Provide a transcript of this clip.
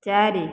ଚାରି